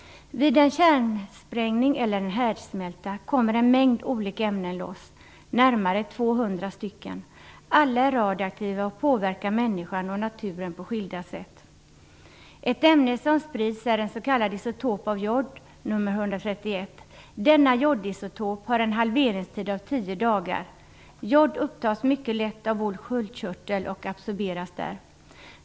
Vid en kärnsprängning eller en härdsmälta kommer en mängd olika ämnen loss, närmare 200 stycken. Alla är radioaktiva och påverkar människan och naturen på skilda sätt. Ett ämne som sprids är en s.k. isotop av jod, nr 131. Denna jodisotop har en halveringstid på tio dagar. Jod upptas mycket lätt av sköldkörteln och absorberas där.